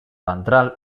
ventral